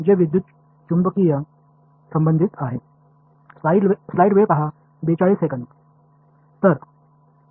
எனவே கொடுக்கப்பட்டுள்ள இந்த தலைப்புகளை தான் நாம் இப்பகுதியில் பார்க்க போகின்றோம்